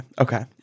Okay